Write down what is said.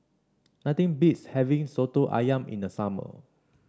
nothing beats having soto ayam in the summer